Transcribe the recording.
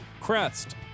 Crest